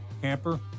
camper